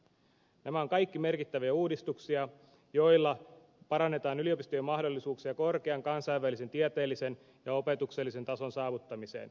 nämä ovat kaikki merkittäviä uudistuksia joilla parannetaan yliopistojen mahdollisuuksia korkean kansainvälisen tieteellisen ja opetuksellisen tason saavuttamiseen